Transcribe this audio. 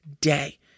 day